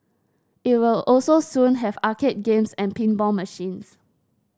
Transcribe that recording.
it will also soon have arcade games and pinball machines